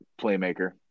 playmaker